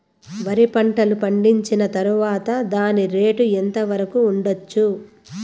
వరి పంటలు పండించిన తర్వాత దాని రేటు ఎంత వరకు ఉండచ్చు